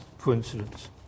coincidence